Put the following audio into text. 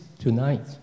tonight